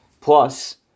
Plus